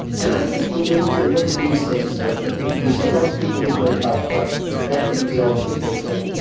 and i think we need to look at these things differently. would you say most people who join a health club get the results they paid for?